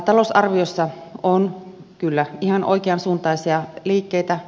talousarviossa on kyllä ihan oikeansuuntaisia liikkeitä